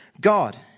God